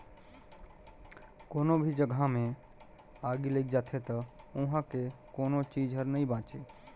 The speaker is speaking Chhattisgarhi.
कोनो भी जघा मे आगि लइग जाथे त उहां के कोनो चीच हर नइ बांचे